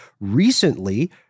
recently